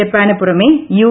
ജപ്പാന് പുറമെ യു